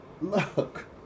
look